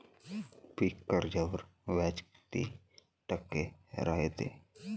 पीक कर्जावर व्याज किती टक्के रायते?